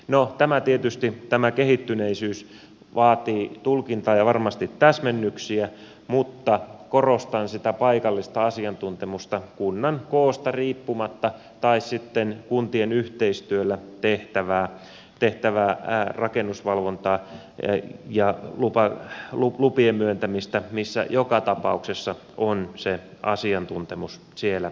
no tämä kehittyneisyys tietysti vaatii tulkintaa ja varmasti täsmennyksiä mutta korostan sitä paikallista asiantuntemusta kunnan koosta riippumatta tai sitten kuntien yhteistyöllä tehtävää rakennusvalvontaa ja lupien myöntämistä jolloin joka tapauksessa on se asiantuntemus siellä lähempänä